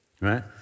right